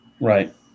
Right